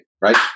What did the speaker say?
right